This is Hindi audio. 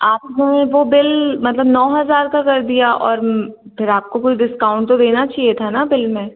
आप हमें वह बिल मतलब नौ हज़ार का कर दिया और फिर आपको कुछ डिस्काउंट तो देना चाहिए था ना बिल में